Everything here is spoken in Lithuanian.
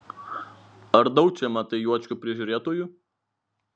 ar daug čia matai juočkių prižiūrėtojų